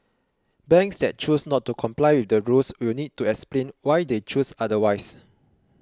banks that choose not to comply with the rules will need to explain why they chose otherwise